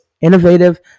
innovative